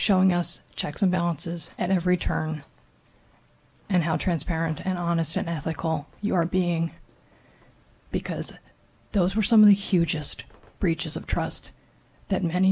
showing us checks and balances at every turn and how transparent and honest and ethical you are being because those were some of the hugest breaches of trust that many